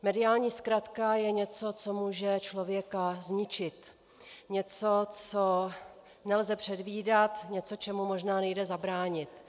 Mediální zkratka je něco, co může člověka zničit, něco, co nelze předvídat, něco, čemu možná nejde zabránit.